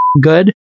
good